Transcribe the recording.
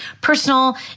personal